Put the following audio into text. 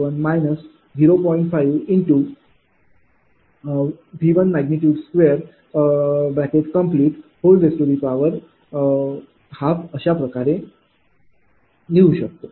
5V212 अशाप्रकारे लिहू शकतो